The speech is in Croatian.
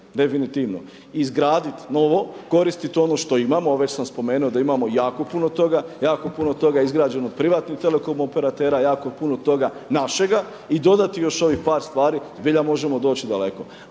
definitivno. Izgraditi novo, koristiti ono što imamo, a već sam spomenuo da imamo jako puno toga, jako puno toga izgrađeno od privatnih telekom operatera, jako puno toga našega i dodati još ovih par stvari zbilja možemo doći daleko.